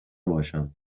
باشم